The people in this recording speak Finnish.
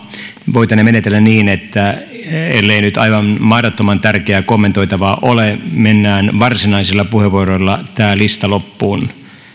voitaneen menetellä niin että ellei nyt aivan mahdottoman tärkeää kommentoitavaa ole mennään varsinaisilla puheenvuoroilla tämä lista loppuun